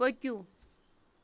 پٔکِو